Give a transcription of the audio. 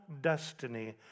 destiny